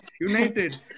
United